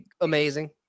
amazing